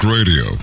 Radio